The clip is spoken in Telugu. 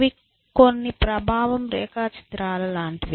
ఇవి కొన్ని ప్రభావం రేఖాచిత్రాలలాంటివి